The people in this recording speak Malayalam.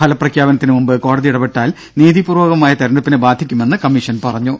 ഫലപ്രഖ്യാപനത്തിന് മുമ്പ് കോടതി ഇടപെട്ടാൽ നീതിപൂർവകമായ തെരഞ്ഞെടുപ്പിനെ ബാധിക്കുമെന്ന് കമ്മീഷൻ പറഞ്ഞു